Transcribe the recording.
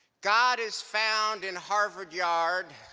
god is found in harvard yard